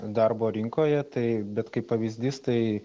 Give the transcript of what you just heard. darbo rinkoje tai bet kaip pavyzdys tai